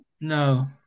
No